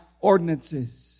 ordinances